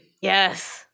Yes